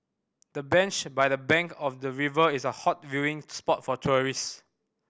the bench by the bank of the river is a hot viewing spot for tourist